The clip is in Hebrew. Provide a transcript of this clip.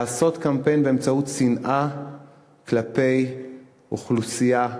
לעשות קמפיין באמצעות שנאה כלפי אוכלוסייה גדולה,